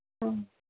ம்